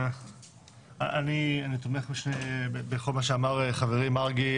אני תומך בכל מה שאמר חברי מרגי.